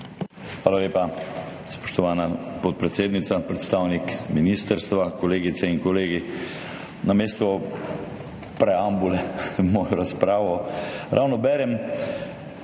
Hvala lepa. Spoštovana podpredsednica, predstavnik ministrstva, kolegice in kolegi! Namesto preambule v mojo razpravo, ravno berem,